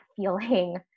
feeling